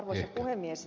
arvoisa puhemies